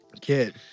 Kid